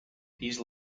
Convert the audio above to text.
these